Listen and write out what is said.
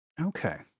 Okay